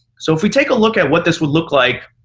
so if we take a look at what this would look like